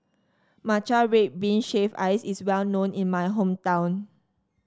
Matcha Red Bean Shaved Ice is well known in my hometown